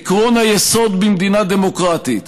עקרון היסוד במדינה דמוקרטית,